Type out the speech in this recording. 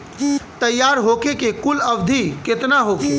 तैयार होखे के कुल अवधि केतना होखे?